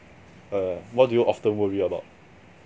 err what do you often worry about